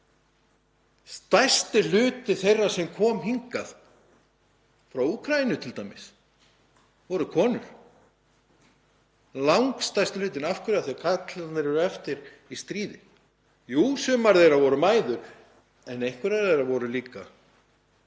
Stærsti hluti þeirra sem komu hingað frá Úkraínu t.d. voru konur, langstærsti hlutinn. Af hverju? Af því að karlmennirnir urðu eftir í stríði. Jú, sumar þeirra voru mæður en einhverjar þeirra voru líka